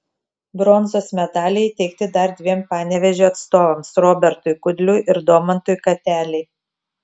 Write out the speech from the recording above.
bronzos medaliai įteikti dar dviem panevėžio atstovams robertui kudliui ir domantui katelei